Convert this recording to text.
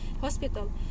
hospital